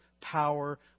power